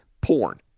porn